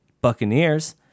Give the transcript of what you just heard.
Buccaneers